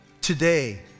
Today